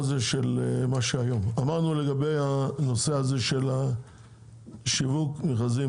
אמרנו לגבי הנושא של שיווק מכרזים,